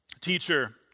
Teacher